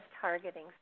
targeting